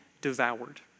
devoured